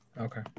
Okay